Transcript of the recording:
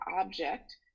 object